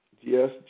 Yes